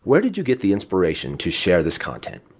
where did you get the inspiration to share this content?